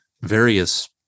various